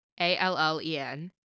A-L-L-E-N